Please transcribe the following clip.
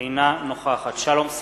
אינה נוכחת שלום שמחון,